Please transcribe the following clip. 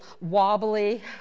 wobbly